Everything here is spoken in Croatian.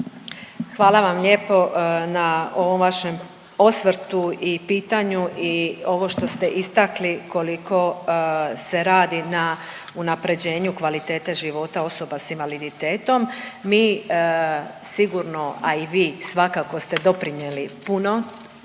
Hvala vam lijepo na ovom vašem osvrtu i pitanju i ovo što ste istakli koliko se radi na unaprjeđenju kvalitete života osobe s invaliditetom, mi sigurno, a i vi svakako ste doprinijeli puno